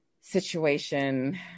situation